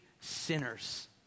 sinners